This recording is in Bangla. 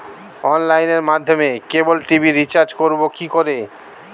অনলাইনের মাধ্যমে ক্যাবল টি.ভি রিচার্জ করব কি করে?